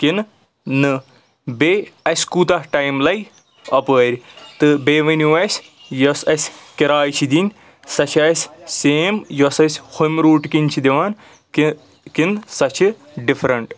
کِنہٕ نَہ بیٚیہِ اَسہِ کوٗتاہ ٹایم لَگہِ اَپٲرۍ تہٕ بیٚیہِ ؤنِو اَسہِ یۄس اَسہِ کِراے چھِ دِنۍ سۄ چھےٚ اَسہِ سیم یۄس أسۍ ہُمہِ روٗٹ کِنۍ چھِ دِوان کہِ کِنہٕ سۄ چھِ ڈِفرنٛٹ